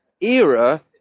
era